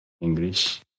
English